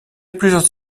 plusieurs